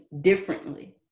differently